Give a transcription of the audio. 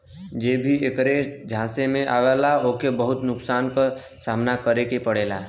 जे भी ऐकरे झांसे में आवला ओके बहुत नुकसान क सामना करे के पड़ेला